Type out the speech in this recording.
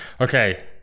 okay